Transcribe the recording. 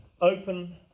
open